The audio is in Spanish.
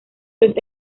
los